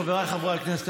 חבריי חברי הכנסת,